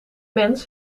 mens